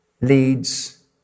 leads